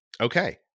Okay